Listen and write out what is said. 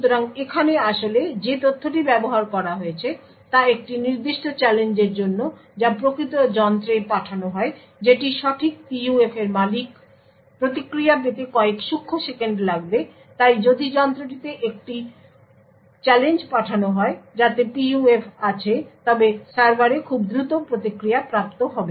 সুতরাং এখানে আসলে যে তথ্যটি ব্যবহার করা হয়েছে তা একটি নির্দিষ্ট চ্যালেঞ্জের জন্য যা প্রকৃত যন্ত্রে পাঠানো হয় যেটি সঠিক PUF এর মালিক প্রতিক্রিয়া পেতে কয়েক সূক্ষ্ণসেকেন্ড লাগবে তাই যদি যন্ত্রটিতে একটি চ্যালেঞ্জ পাঠানো হয় যাতে PUF আছে তবে সার্ভারে খুব দ্রুত প্রতিক্রিয়া প্রাপ্ত হবে